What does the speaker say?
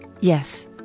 yes